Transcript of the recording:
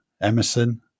emerson